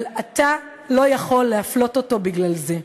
אבל אתה לא יכול להפלות אותו בגלל זה.